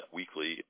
weekly